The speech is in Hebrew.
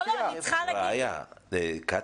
קטי,